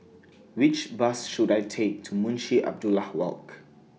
Which Bus should I Take to Munshi Abdullah Walk